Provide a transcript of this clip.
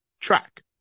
track